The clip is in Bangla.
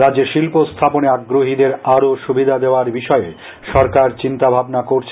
রাজ্যে শিল্প স্থাপনে আগ্রহীদের আরো সুবিধা দেওয়ার বিষয়ে সরকার চিন্তা ভাবনা করছে